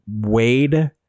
Wade